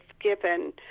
given